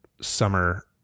summer